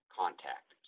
contact